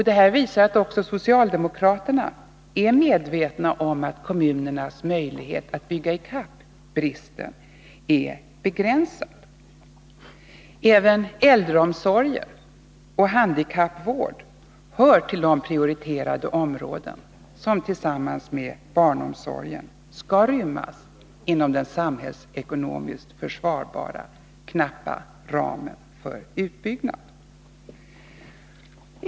Det visar att också socialdemokraterna är medvetna om att kommunernas möjlighet att bygga i kapp bristen är begränsad. Även äldreomsorg och handikappvård hör till de prioriterade områden som tillsammans med barnomsorgen skall rymmas inom den samhällsekonomiskt försvarbara, knappa ramen för utbyggnad.